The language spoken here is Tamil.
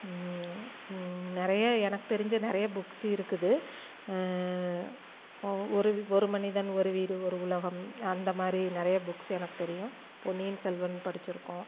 நிறைய எனக்கு தெரிஞ்ச நிறைய புக்ஸ் இருக்குது ஒரு ஒரு மனிதன் ஒரு வீடு ஒரு உலகம் அந்த மாதிரி நிறைய புக்ஸ் எனக்கு தெரியும் பொன்னியின் செல்வன் படித்திருக்கோம்